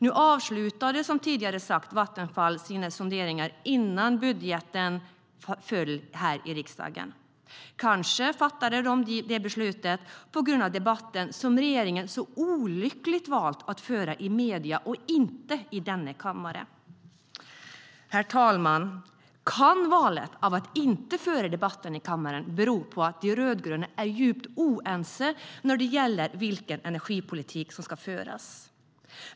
Nu avslutade, som tidigare sagts, Vattenfall sina sonderingar innan budgeten föll i riksdagen. Kanske fattade de det beslutet på grund av debatten som regeringen så olyckligt valde att föra i medierna och inte i denna kammare. Kan valet att inte föra debatten i kammaren bero på att de rödgröna är djupt oense om vilken energipolitik som ska föras?